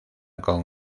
con